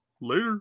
Later